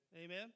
Amen